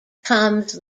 comes